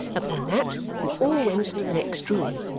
upon that, we all went into the next room,